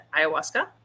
ayahuasca